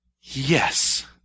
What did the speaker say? Yes